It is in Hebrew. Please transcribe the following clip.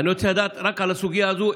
אני רוצה לדעת רק על הסוגיה הזו,